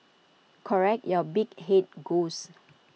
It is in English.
correct your big Head ghost